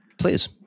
Please